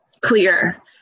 clear